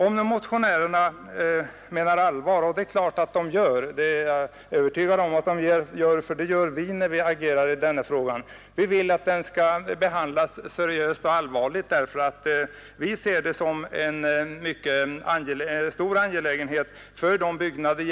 Vi vill att denna fråga skall behandlas seriöst, eftersom vi ser den som en mycket angelägen fråga för de bygder runt Vättern som det gäller — det finns där stora industrier och ett bra näringsliv som skulle ha nytta av en utbyggd kanaldel.